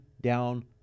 down